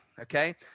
okay